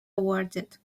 awarded